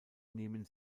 nehmen